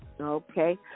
okay